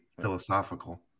Philosophical